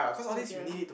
oh dear